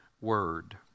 Word